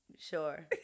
Sure